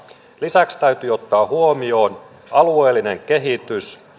lisäksi täytyy ottaa huomioon alueellinen kehitys